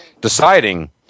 Deciding